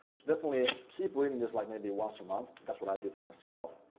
definitely ah keep reading this like maybe once a month, that's what i do for myself.